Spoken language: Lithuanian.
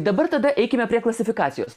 dabar tada eikime prie klasifikacijos